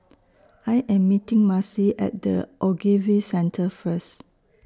I Am meeting Marcy At The Ogilvy Centre First